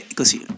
così